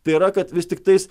tai yra kad vis tiktais